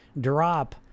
drop